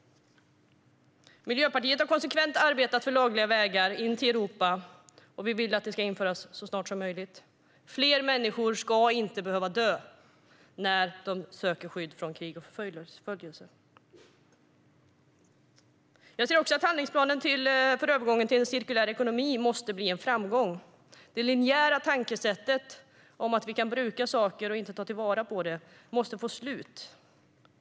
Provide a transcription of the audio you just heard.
Miljöpartiet har konsekvent arbetat för lagliga vägar till Europa. Vi vill att de ska införas så snart som möjligt. Fler människor ska inte behöva dö när de söker skydd från krig och förföljelse. Jag ser också att handlingsplanen för övergången till en cirkulär ekonomi måste bli en framgång. Det linjära tankesättet om att vi kan bruka saker och inte ta vara på dem måste få ett slut.